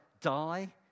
die